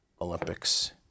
olympics